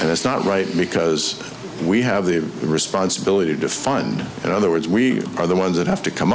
and it's not right because we have the responsibility to fund in other words we are the ones that have to come